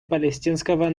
палестинского